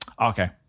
Okay